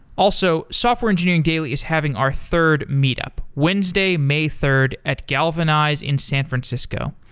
also, software engineering daily is having our third meet up, wednesday, may third at galvanize in san francisco.